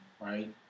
right